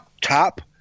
top